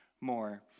more